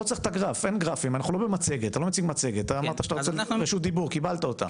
ולא מסוגלת לעזוב את הרגש בצד.